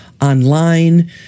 online